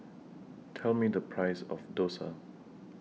Tell Me The Price of Dosa